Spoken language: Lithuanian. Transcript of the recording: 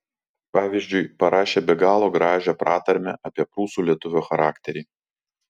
pavyzdžiui parašė be galo gražią pratarmę apie prūsų lietuvio charakterį